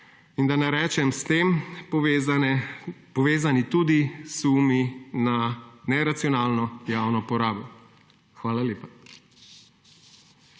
in da ne rečem s tem povezani tudi sumi na neracionalno javno porabo. Hvala lepa.